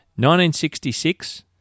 1966